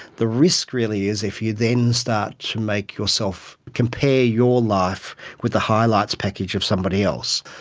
the risk really is if you then start to make yourself, compare your life with the highlights package of somebody else.